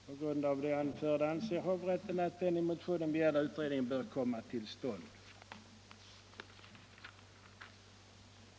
På grund av det anförda anser hovrätten att den i motionen begärda utredningen bör komma till stånd.